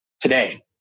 today